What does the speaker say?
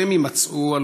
והם יימצאו,